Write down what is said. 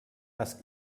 ask